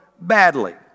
badly